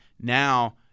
now